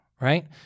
right